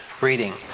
reading